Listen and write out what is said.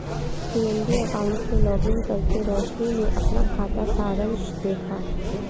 PNB account में login करके रोशनी ने अपना खाता सारांश देखा